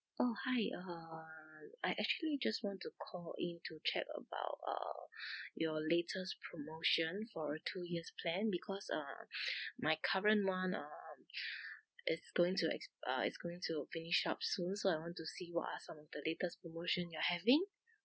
oh hi uh I actually just want to call in to check about uh your latest promotion for a two years plan because uh my current [one] um is going to ex~ uh is going to finish up soon so I want to see what are some of the latest promotion you're having